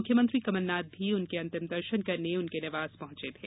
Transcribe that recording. मुख्यमंत्री कमलनाथ भी उनके अंतिम दर्शन करने उनके निवास पहुंचे थे